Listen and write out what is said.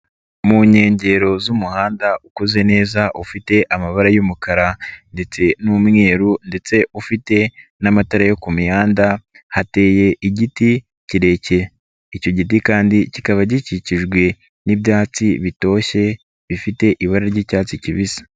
Mu nkengero z'umuhanda ukoze neza ufite amabara y'umukara ndetse n'umweru ndetse ufite n'amatara yo ku mihanda hateye igiti kirekire, icyo giti kandi kikaba gikikijwe n'ibyatsi bitoshye bifite ibara ry'icyatsi kibisi.